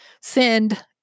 send